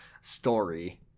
story